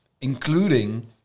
including